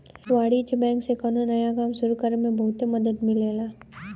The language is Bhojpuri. वाणिज्यिक बैंक से कौनो नया काम सुरु करे में बहुत मदद मिलेला